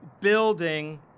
building